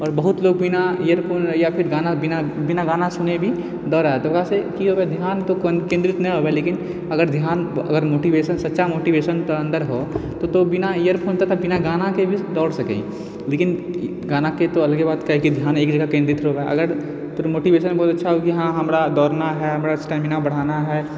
आओर बहुत लोग बिना इयर फोन या गाना बिना गाना सुने भी दौड़ै तऽ ओकरासँ की होइ छै ध्यान तऽ केन्द्रित नहि होबय लेकिन अगर ध्यान अगर मोटिवेशन अगर सच्चा मोटिवेशन अगर अन्दर हो तऽ तौं बिना इयर फोन बिना गानाके भी दौड़ सकै यऽ लेकिन गानाके तऽअलगे बात काहेकि ध्यान एक जगह केन्द्रित होबय अगर तोहर मोटिवेशन बहुत अच्छा छौ कि हँ हमरा दौड़ना है हमरा स्टेमिना बढ़ाना है